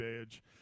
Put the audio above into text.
edge